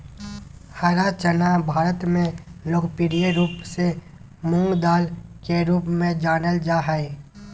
हरा चना भारत में लोकप्रिय रूप से मूंगदाल के रूप में जानल जा हइ